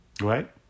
Right